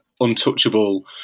untouchable